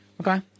Okay